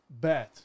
bad